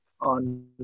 on